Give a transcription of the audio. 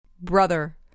Brother